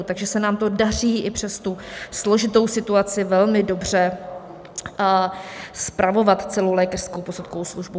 Takže se nám daří i přes složitou situaci velmi dobře spravovat celou lékařskou posudkovou službu.